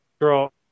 girl